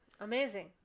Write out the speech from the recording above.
amazing